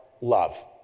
love